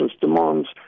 demands